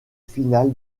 finale